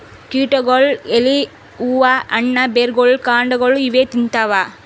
ಕೀಟಗೊಳ್ ಎಲಿ ಹೂವಾ ಹಣ್ಣ್ ಬೆರ್ಗೊಳ್ ಕಾಂಡಾಗೊಳ್ ಇವೇ ತಿಂತವ್